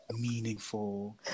meaningful